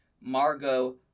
Margot